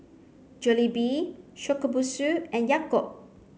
Jollibee Shokubutsu and Yakult